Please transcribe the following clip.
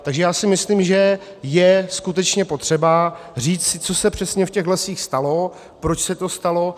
Takže já si myslím, že je skutečně potřeba říct, co se přesně v těch lesích stalo, proč se to stalo.